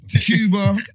Cuba